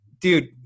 Dude